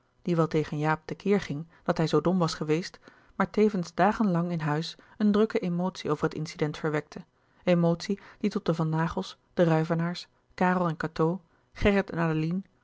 die wel tegen jaap te keer ging dat hij zoo dom was geweest maar tevens dagen lang in huis een drukke emotie over het incident verwekte emotie die tot de van naghels de ruyvenaers karel en cateau